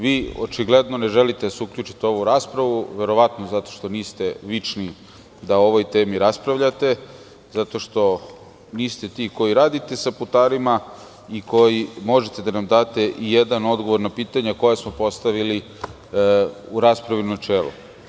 Vi očigledno ne želite da se uključite u ovu raspravu, verovatno zato što niste vični da o ovoj temi raspravljate, zato što niste ti koji rade sa putarima i koji može da nam da ijedan odgovor na pitanja koja smo postavili u raspravi u načelu.